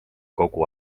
kogu